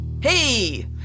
Hey